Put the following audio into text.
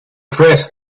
press